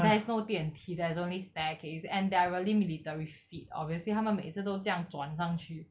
there is no 电梯 there's only staircase and they are really military fit obviously 他们每一次都这样转上去